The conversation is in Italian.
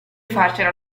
farcela